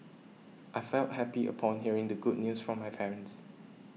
I felt happy upon hearing the good news from my parents